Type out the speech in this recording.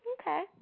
Okay